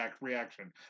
reaction